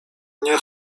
nie